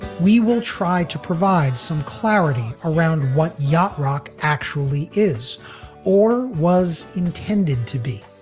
we will try to provide some clarity around what yacht rock actually is or was intended to be,